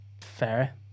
Fair